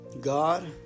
God